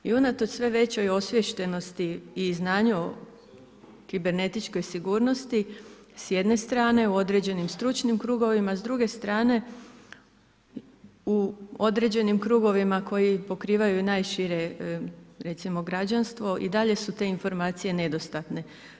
I unatoč sve većoj osviještenosti i znanju kibernetičke sigurnosti, s jedne strane u određenim stručnim krugovima s druge strane, u određenim krugovima, koji pokrivaju najšire, recimo građanstvo i dalje su te informacije nedostatne.